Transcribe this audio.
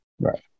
Right